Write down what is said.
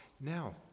now